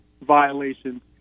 violations